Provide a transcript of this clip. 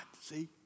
see